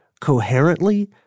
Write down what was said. coherently